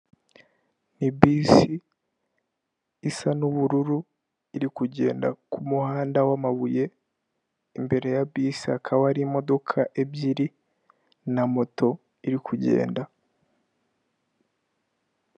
Ni bisi isa n'ubururu iri kugenda ku muhanda w'amabuye, imbere ya bisi hakaba hari imodoka ebyiri na moto iri kugenda.